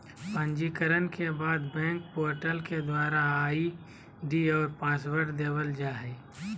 पंजीकरण के बाद बैंक पोर्टल के द्वारा आई.डी और पासवर्ड देवल जा हय